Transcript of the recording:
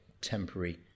temporary